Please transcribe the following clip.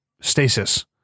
stasis